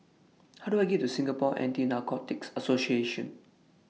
How Do I get to Singapore Anti Narcotics Association